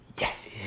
yes